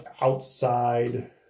outside